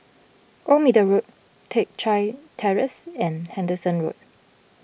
Old Middle Road Teck Chye Terrace and Henderson Road